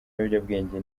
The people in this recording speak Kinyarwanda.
ibiyobyabwenge